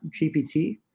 GPT